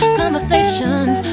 conversations